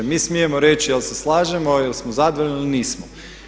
Mi smijemo reći jel' se slažemo, jel' smo zadovoljni ili nismo.